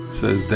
says